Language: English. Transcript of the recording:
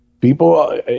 People